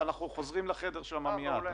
הרי נכון להיום החשב הכללי הוא השלם הכי גדול במדינה,